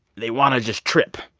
they want to just trip,